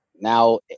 now